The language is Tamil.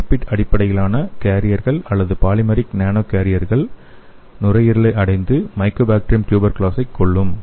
லிப்பிட் அடிப்படையிலான கேரியர்கள் அல்லது பாலிமெரிக் நானோ கேரியர்கள் நுரையீரலை அடைந்து மைக்கோபாக்டீரியம் ட்யூபெர்குலோசிஸைக் கொல்லும்